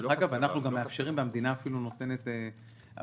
דרך אגב, אנחנו מאפשרים והמדינה נותנת אז